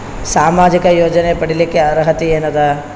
ಸಾಮಾಜಿಕ ಯೋಜನೆ ಪಡಿಲಿಕ್ಕ ಅರ್ಹತಿ ಎನದ?